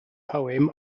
poem